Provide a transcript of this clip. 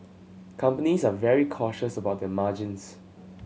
companies are very cautious about their margins